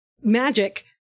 magic